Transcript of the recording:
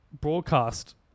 broadcast